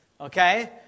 Okay